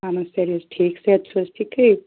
اَہَن حظ سٲری حظ ٹھیٖک صحت چھُو حظ ٹھیٖکٕے